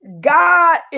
God